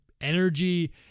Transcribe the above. energy